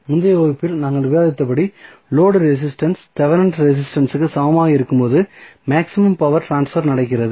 முந்தைய வகுப்பில் நாங்கள் விவாதித்தபடி லோடு ரெசிஸ்டன்ஸ் தெவெனின் ரெசிஸ்டன்ஸ்க்கு சமமாக இருக்கும்போது மேக்ஸிமம் பவர் ட்ரான்ஸ்பர் நடைபெறுகிறது